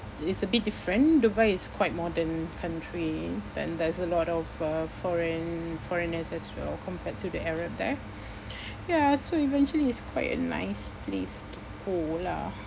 it's a bit different Dubai is quite modern country then there's a lot of uh foreign foreigners as well compared to the arab there ya so eventually it's quite a nice place to go lah